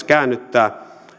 käännyttää